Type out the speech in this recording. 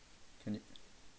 can it